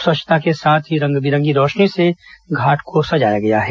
स्वच्छता के साथ ही रंग बिरंगी रौशनी से घाट को सजाया गया है